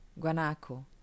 guanaco